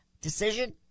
decision